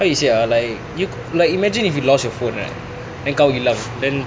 how you say ah like you like imagine if you lost your phone right and kau hilang then